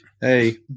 Hey